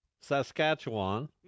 Saskatchewan